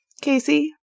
Casey